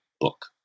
book